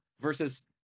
versus